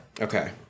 Okay